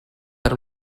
per